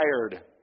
tired